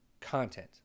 Content